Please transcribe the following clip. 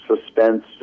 suspense